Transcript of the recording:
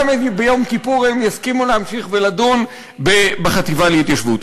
גם ביום כיפור הם יסכימו להמשיך ולדון בחטיבה להתיישבות.